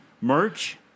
Merch